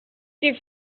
qui